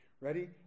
Ready